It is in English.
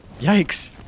Yikes